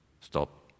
Stop